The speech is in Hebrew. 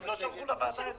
לא שלחו את זה לוועדה בכלל.